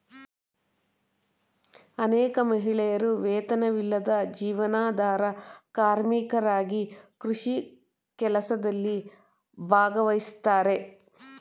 ಅನೇಕ ಮಹಿಳೆಯರು ವೇತನವಿಲ್ಲದ ಜೀವನಾಧಾರ ಕಾರ್ಮಿಕರಾಗಿ ಕೃಷಿ ಕೆಲಸದಲ್ಲಿ ಭಾಗವಹಿಸ್ತಾರೆ